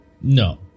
No